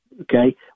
okay